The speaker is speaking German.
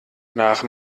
nach